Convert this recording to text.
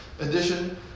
edition